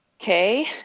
Okay